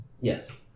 Yes